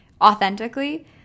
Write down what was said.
authentically